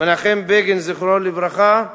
מנחם בגין, זכרו לברכה,